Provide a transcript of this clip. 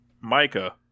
Micah